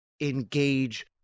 engage